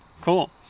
cool